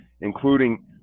including